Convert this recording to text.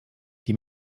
die